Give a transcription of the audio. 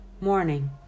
Morning